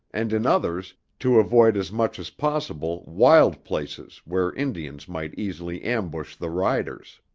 and in others, to avoid as much as possible, wild places where indians might easily ambush the riders.